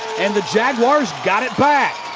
and the jaguars got it back!